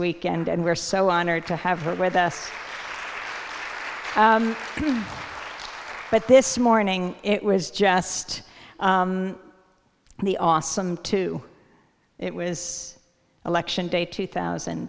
week and we're so honored to have her with us but this morning it was just the awesome to it was election day two thousand